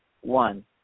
one